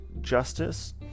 justice